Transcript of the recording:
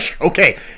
Okay